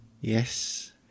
Yes